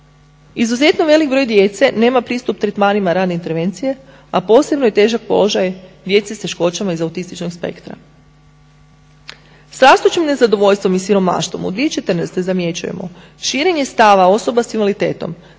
Izuzetno velik broj djece nema pristup tretmanima rane intervencije, a posebno je težak položaj djece s teškoćama iz autističnog spektra. S rastućim nezadovoljstvom i siromaštvom u 2014.zamjećujemo širenje stava osoba s invaliditetom